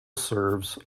serves